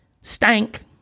stank